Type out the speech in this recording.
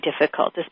difficult